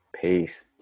peace